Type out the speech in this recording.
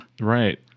Right